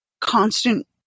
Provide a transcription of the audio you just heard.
constant